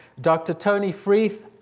dr. tony freeth.